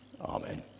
Amen